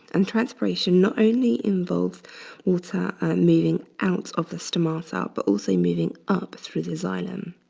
and transpiration not only involve water moving out of the stomata ah but also moving up through the xylem.